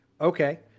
Okay